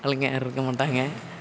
ஆளுங்கள் யாரும் இருக்க மாட்டாங்க